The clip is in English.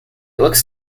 looks